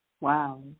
Wow